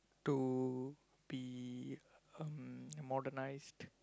to be um modernised